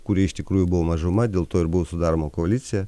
kuri iš tikrųjų buvo mažuma dėl to ir buvo sudaroma koalicija